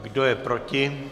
Kdo je proti?